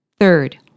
Third